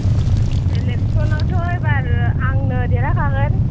औ इलेकसन आवथ' एबार आंनो देरहाखागोन